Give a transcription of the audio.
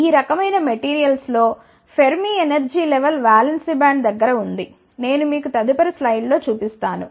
ఈ రకమైన మెటీరియల్స్ లో Fermi energy level valence band దగ్గర ఉంది నేను మీకు తదుపరి స్లైడ్లో చూపిస్తాను